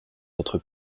notre